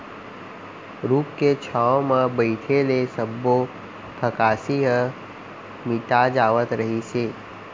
रूख के छांव म बइठे ले सब्बो थकासी ह मिटा जावत रहिस हे